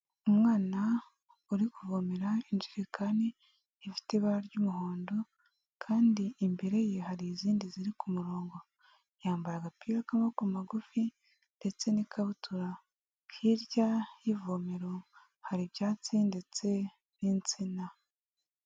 Umwana uri kuvomera injerekani ifite ibara ry'umuhondo kandi imbere ye hari izindi ziri ku murongo. Yambaye agapira k'amaboko magufi ndetse n'ikabutura, hirya y'ivomero hari ibyatsi ndetse n'insina.